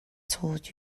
told